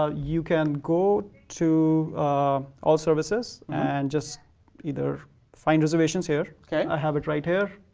ah you can go to all services', and just either find reservations here. okay. i have it right here.